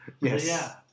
yes